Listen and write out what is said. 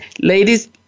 ladies